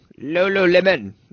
Lululemon